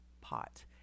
pot